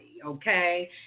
okay